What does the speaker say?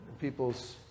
people's